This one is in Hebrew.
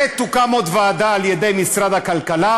ותוקם עוד ועדה על-ידי משרד הכלכלה,